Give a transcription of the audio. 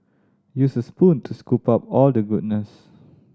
use a spoon to scoop out all the goodness